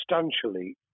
substantially